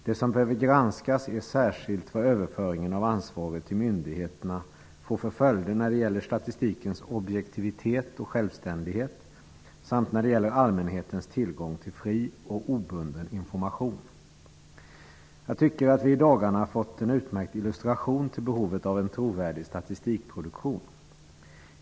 Det som behöver granskas är särskilt vad överföringen av ansvaret till myndigheterna får för följder när det gäller statistikens objektivitet och självständighet samt när det gäller allmänhetens tillgång till fri och obunden information. Jag tycker att vi i dagarna fått en utmärkt illustration till behovet av en trovärdig statistikproduktion.